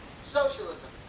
Socialism